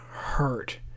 hurt